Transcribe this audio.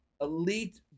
elite